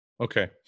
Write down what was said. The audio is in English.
okay